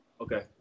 Okay